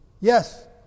Yes